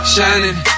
Shining